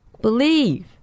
believe